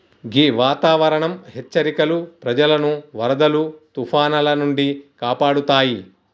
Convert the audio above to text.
గీ వాతావరనం హెచ్చరికలు ప్రజలను వరదలు తుఫానాల నుండి కాపాడుతాయి